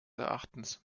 erachtens